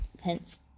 Hence